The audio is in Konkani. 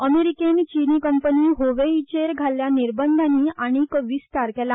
अमेरीकेन चीनी कंपनी होवेईचेर घाल्ल्या निर्बंधानी आनीक विस्तार केला